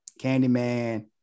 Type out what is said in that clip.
Candyman